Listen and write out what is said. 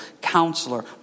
Counselor